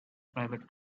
private